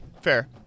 fair